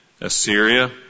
Assyria